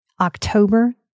October